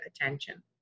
attention